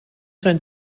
zijn